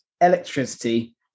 electricity